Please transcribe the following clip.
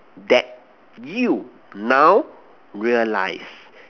that you now realize